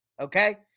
okay